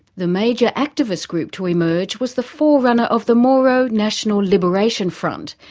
the major activist group to emerge was the forerunner of the moro national liberation front,